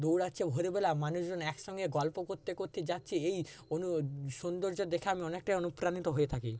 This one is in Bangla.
দৌড়াচ্ছে ভোরবেলা মানুষজন একসঙ্গে গল্প করতে করতে যাচ্ছে এই অনু সৌন্দর্য দেখে আমি অনেকটাই অনুপ্রাণিত হয়ে থাকি